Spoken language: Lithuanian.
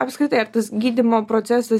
apskritai ar tas gydymo procesas